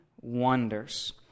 wonders